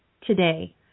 today